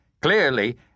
clearly